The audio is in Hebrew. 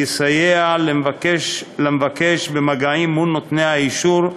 יסייע למבקש במגעים מול נותני האישור,